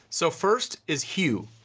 so first is hue,